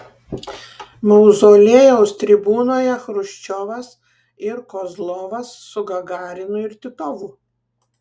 mauzoliejaus tribūnoje chruščiovas ir kozlovas su gagarinu ir titovu